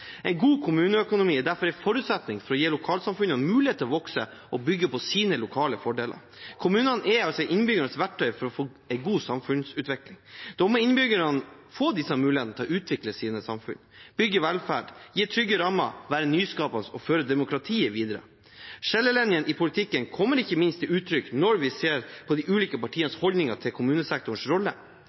En god kommuneøkonomi er derfor en forutsetning for å gi lokalsamfunnene mulighet til å vokse og bygge på sine lokale fordeler. Kommunene er innbyggernes verktøy for å få en god samfunnsutvikling. Da må innbyggerne få mulighet til å utvikle sine samfunn – bygge velferd, gi trygge rammer, være nyskapende og føre demokratiet videre. Skillelinjene i politikken kommer ikke minst til uttrykk i de ulike partienes holdninger til kommunesektorens rolle.